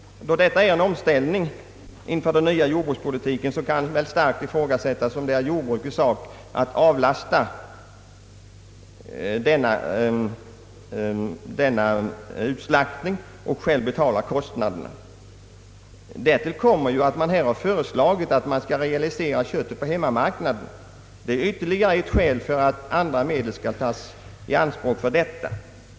Då detta är en omställning inför den nya jordbrukspolitiken kan det starkt ifrågasättas om det är jordbrukets sak att betala kostnaderna för denna ut slaktning. Därtill kommer att förslaget innebär att man skall realisera köttet på hemmamarknaden. Det är ytterligare ett skäl för att andra medel skall tas i anspråk för detta.